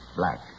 black